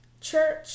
church